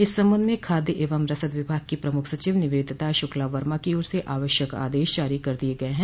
इस संबंध में खाद्य एवं रसद विभाग की प्रमुख सचिव निवेदिता शुक्ला वर्मा की ओर से आवश्यक आदेश जारी कर दिये गये हैं